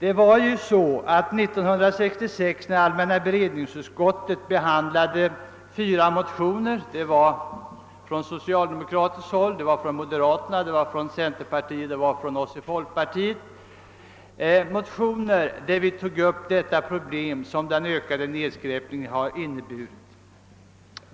1966 behandlade allmänna beredningsutskottet fyra motioner från socialdemokraterna, moderata samlingspartiet, centerpartiet och folkpartiet, där vi tog upp de problem som den ökade nedskräpningen inneburit.